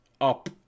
up